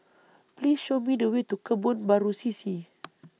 Please Show Me The Way to Kebun Baru C C